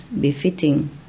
befitting